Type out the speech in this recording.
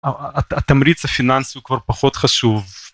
התמריץ הפיננסי כבר פחות חשוב.